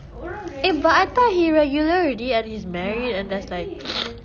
eh but I thought he regular already and he's married and that's like